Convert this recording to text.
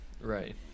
right